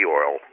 oil